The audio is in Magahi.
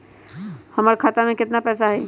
हमर खाता में केतना पैसा हई?